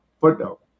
footnote